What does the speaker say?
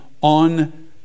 on